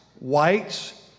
whites